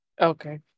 Okay